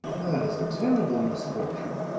that is a terrible misfortune!